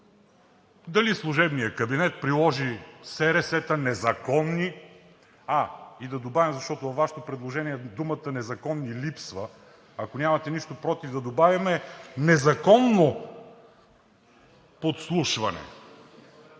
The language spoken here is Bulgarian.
Дали служебният кабинет приложи СРС-та незаконни, а и да го добавим, защото във Вашето предложение думата „незаконни“ липсва? Ако нямате нищо против, да добавим „незаконно подслушване“